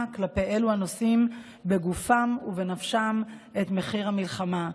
כלפי אלה הנושאים בגופם ובנפשם את מחיר המלחמה.